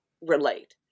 relate